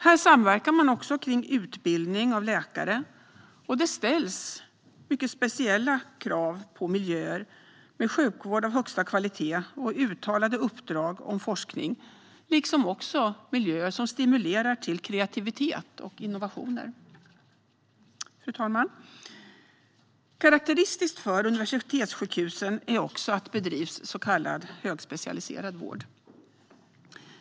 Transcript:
Här samverkar man också kring utbildning av läkare, och det ställs mycket speciella krav på miljöer med sjukvård av högsta kvalitet och uttalade uppdrag om forskning liksom miljöer som stimulerar till kreativitet och innovationer. Fru talman! Karakteristiskt för universitetssjukhusen är också att det där bedrivs så kallad högspecialiserad vård.